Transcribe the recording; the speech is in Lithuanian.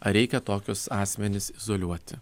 ar reikia tokius asmenis izoliuoti